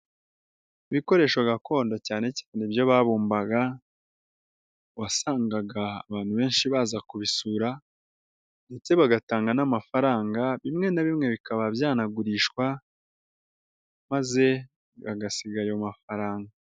Ibikoresho gakondo cyane cyane ibyo babumbaga wasangaga abantu benshi baza kubisura ndetse bagatanga n'amafaranga bimwe na bimwe bikaba byanagurishwa maze bagasiga ayo mafaranga.